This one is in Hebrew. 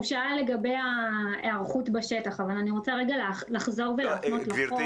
הוא שאל לגבי ההיערכות בשטח אבל אני רוצה לחזור ולהפנות לחוק.